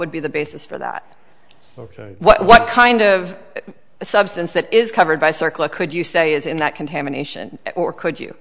would be the basis for that ok what kind of a substance that is covered by circle or could you say is in that contamination or could you